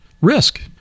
Risk